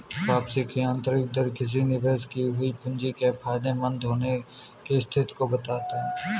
वापसी की आंतरिक दर किसी निवेश की हुई पूंजी के फायदेमंद होने की स्थिति को बताता है